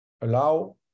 allow